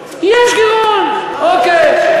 יש גירעון, אוקיי.